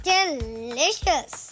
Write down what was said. Delicious